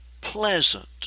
pleasant